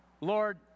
Lord